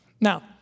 Now